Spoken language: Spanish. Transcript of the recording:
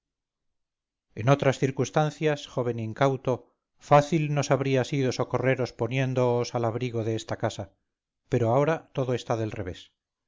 en otras circunstancias joven incauto fácil nos habría sido socorreros poniéndoos al abrigo de esta casa pero ahora todo está del revés